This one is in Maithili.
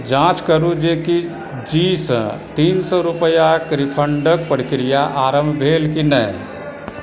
जाँच करू जे की जीसँ तीन सए रुपैआक रिफंडक प्रक्रिया आरम्भ भेल की नहि